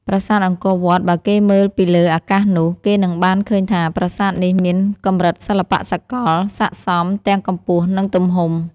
ប្រាសាទអង្គរវត្ត បើគេមើលពីលើ អាកាសនោះ គេនឹងបានឃើញថា ប្រាសាទនេះមានកម្រិតសិល្បៈសកល ស័ក្តិសមទាំងកម្ពស់ និង ទំហំ។